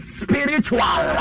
spiritual